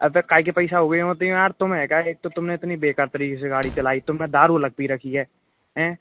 अबे काहे के पैसा हो गए आठ सौ में का एक तो तुमने इतनी बेकार तरीके से गाड़ी चलाई तुमने दारू अलग पी रखी है हैं